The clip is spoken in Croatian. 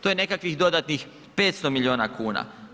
To je nekakvih dodatnih 500 milijuna kuna.